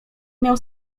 miał